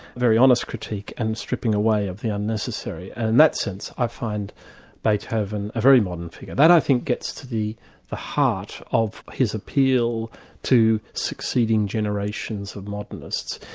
very honest critique, and stripping a way of the unnecessary. and in that sense, i find beethoven a very modern figure. that i think gets to the the heart of his appeal to succeeding generations of modernists.